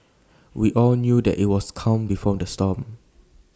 we all knew that IT was calm before the storm